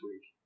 week